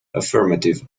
affirmative